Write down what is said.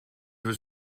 veux